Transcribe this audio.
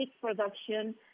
production